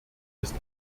ist